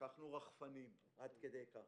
לקחנו רחפנים עד כדי כך.